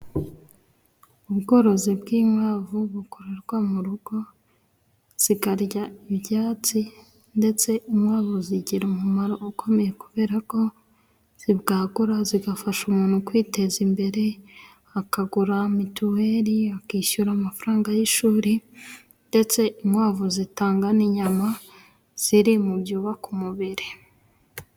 Ubworozi bw'inkwavu bukorerwa mu rugo, zikarya ibyatsi ndetse inkwavu zigira umumaro ukomeye, kubera ko zibwagura zigafasha umuntu kwiteza imbere, akagura mituweli, akishyura amafaranga y'ishuri, ndetse inkwavu zitanga n'inyama. Ziri mu byubaka umubiri.